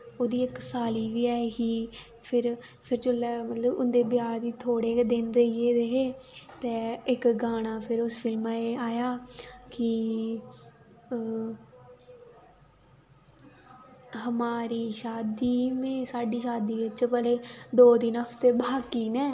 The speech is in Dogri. ओह्दी इक साली बी ऐ ही फिर फिर जुल्लै मतलब इं'दे ब्याह् दे थोह्ड़े गै दिन रेही गेदे हे ते इक गाना फिर उस फिल्मा च आया कि ओह् हमारी शादी में साढ़ी शादी बिच्च मतलब दो तिन्न हफ्ते बाकी न